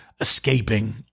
escaping